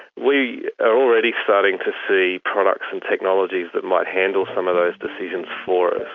we are already starting to see products and technologies that might handle some of those decisions for